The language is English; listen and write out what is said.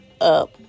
up